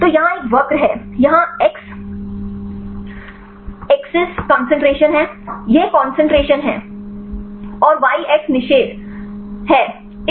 तो यहाँ यह एक वक्र है यहाँ एक्स अक्ष कंसंट्रेशन है यह कंसंट्रेशन है और वाई अक्ष निषेध है